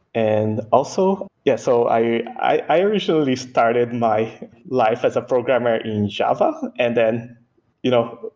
and also yeah so i i originally started my life as a programmer in java and then you know, but